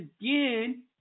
again